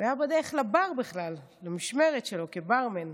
היה בדרך לבר בכלל, למשמרת שלו כברמן.